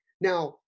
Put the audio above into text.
Now